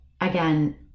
again